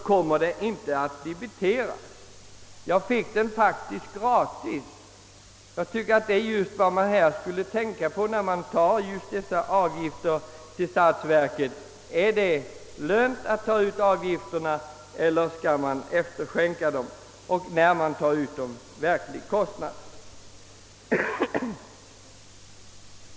Jag fick alltså reservdelen gratis, och jag tycker detta exempel är något som man skall tänka på när statsverket tar ut avgifter. Man bör fråga: är det lönt att ta ut avgift eller skall beloppet efterskänkas? Och när avgift uttages skall den verkliga kostnaden täckas.